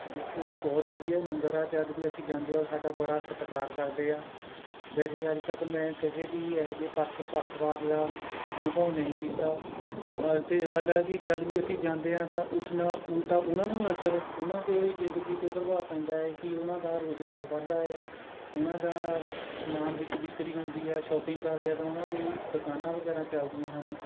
ਬਹੁਤ ਵਧੀਆ ਮੰਦਰ ਆ ਅਤੇ ਅੱਜ ਵੀ ਅਸੀਂ ਜਾਂਦੇ ਹਾਂ ਉਹ ਸਾਡਾ ਬੜਾ ਸਤਿਕਾਰ ਕਰਦੇ ਆ ਵੈਸੇ ਅੱਜ ਤੱਕ ਮੈਂ ਕਿਸੇ ਵੀ ਇਹੋ ਜਿਹੇ ਪੱਥ ਪੱਖਪਾਤ ਦਾ ਅਨੁਭਵ ਨਹੀਂ ਕੀਤਾ ਕਿ ਜਦ ਵੀ ਅਸੀਂ ਜਾਂਦੇ ਹਾਂ ਤਾਂ ਉਸ ਨਾਲ਼ ਉਲਟਾ ਉਨ੍ਹਾਂ ਨੂੰ ਅਸਰ ਉਨ੍ਹਾਂ ਦੀ ਜ਼ਿੰਦਗੀ 'ਤੇ ਪ੍ਰਭਾਵ ਪੈਂਦਾ ਹੈ ਕਿ ਉਨ੍ਹਾਂ ਦਾ ਰੁਜ਼ਗਾਰ ਵੱਧਦਾ ਹੈ ਉਨ੍ਹਾਂ ਦਾ ਸਮਾਨ ਵਿੱਚ ਵਿਕਰੀ ਹੁੰਦੀ ਆ ਸ਼ੋਪਿੰਗ ਕਰਦੇ ਹਾਂ ਤਾਂ ਉਨ੍ਹਾਂ ਦੀ ਦੁਕਾਨਾਂ ਵਗੈਰਾ ਚੱਲਦੀਆਂ ਹਨ